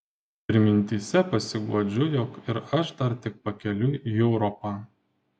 ir mintyse pasiguodžiu jog ir aš dar tik pakeliui į europą